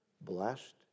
Blessed